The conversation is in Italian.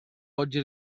oggi